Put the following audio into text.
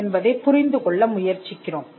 என்பதைப் புரிந்து கொள்ள முயற்சிக்கிறோம்